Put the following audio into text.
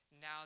Now